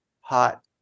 hot